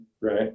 right